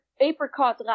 apricot